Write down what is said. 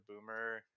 boomer